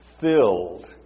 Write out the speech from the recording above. filled